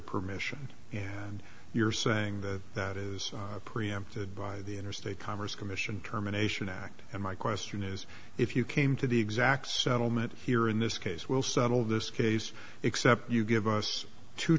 permission and you're saying that that is preempted by the interstate commerce commission terminations act and my question is if you came to the exact settlement here in this case we'll settle this case except you give us two